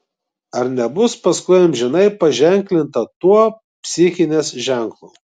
ar nebus paskui amžinai paženklinta tuo psichinės ženklu